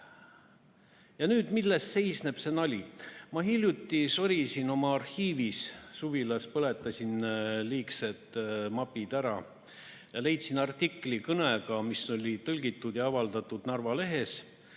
Ja nüüd, milles seisneb see nali? Ma hiljuti sorisin oma arhiivis suvilas, põletasin liigsed mapid ära ja leidsin artikli minu kõnest, mis oli tõlgitud ja avaldatud Narva lehes